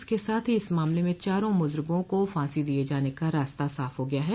इसके साथ ही इस मामले में चारों मुजरिमों को फांसी दिये जाने का रास्ता साफ हो गया है